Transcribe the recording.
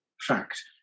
fact